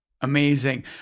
Amazing